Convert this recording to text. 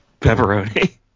pepperoni